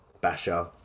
basher